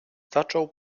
zaczął